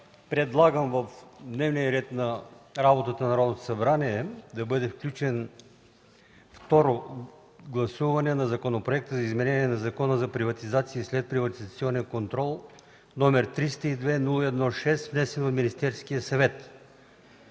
предлагам в дневния ред за работата на Народното събрание да бъде включено Второ гласуване на Законопроект за изменение и допълнение на Закона за приватизация и следприватизационен контрол, № 302-01-6, внесен от Министерския съвет.